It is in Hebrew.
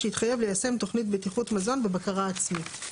שהתחייב ליישם תוכנית בטיחות מזון בבקרה עצמית";